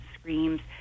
screams